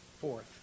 Fourth